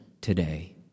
today